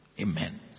Amen